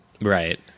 right